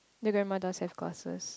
the grandma does have glasses